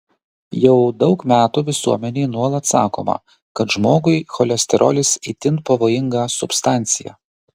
jau daug metų visuomenei nuolat sakoma kad žmogui cholesterolis itin pavojinga substancija